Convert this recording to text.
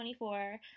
24